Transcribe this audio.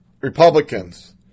Republicans